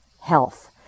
health